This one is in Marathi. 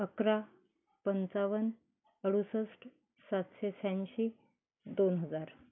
अकरा पंचावन अडुसष्ट सातशे शहाऐंशी दोन हजार